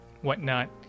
whatnot